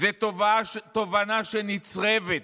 זו תובנה שנצרבת.